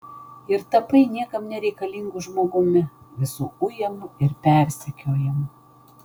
ir tapai niekam nereikalingu žmogumi visų ujamu ir persekiojamu